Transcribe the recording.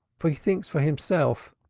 for he thinks for himself,